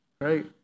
right